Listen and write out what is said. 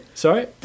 Sorry